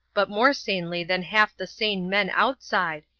but more sanely than half the sane men outside,